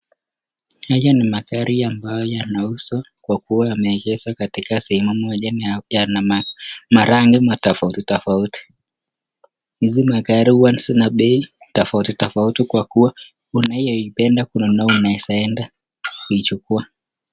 haya ni magari ambayo yanauzwa kwakuwa yameekwa katika sehemu moja na marangi tofauti tofauti hizi marangi huwa zina bai tofauti tofauti kwa kuwa kuna umependa kuna yale unaeza enda kuichukua.